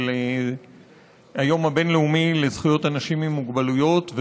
היום הבין-לאומי לזכויות אנשים עם מוגבלויות,